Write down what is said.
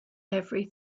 every